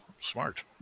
smart